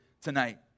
tonight